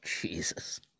Jesus